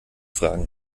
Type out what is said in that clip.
fragen